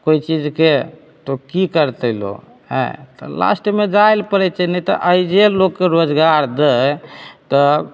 कोइ चीजके तऽ ओ की करतै लोग आयँ तऽ लास्टमे जाए लऽ पड़ैत छै नहि तऽ एहिजे लोगके रोजगार दय तऽ